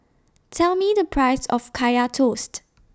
Tell Me The Price of Kaya Toast